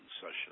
session